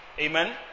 Amen